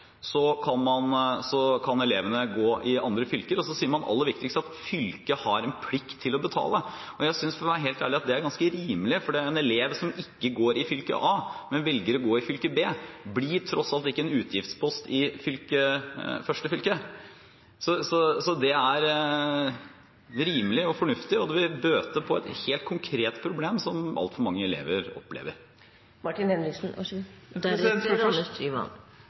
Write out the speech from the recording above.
så sier man aller viktigst at fylket har en plikt til å betale. Jeg synes, for å være helt ærlig, at det er ganske rimelig, for en elev som ikke går i fylke A, men velger å gå i fylke B, blir tross alt ikke en utgiftspost i det første fylket. Det er rimelig og fornuftig, og det vil bøte på et helt konkret problem som altfor mange elever opplever.